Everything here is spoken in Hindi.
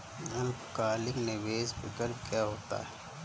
अल्पकालिक निवेश विकल्प क्या होता है?